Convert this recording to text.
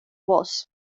was